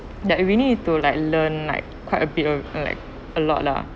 that we need to like learn like quite a bit of like a lot lah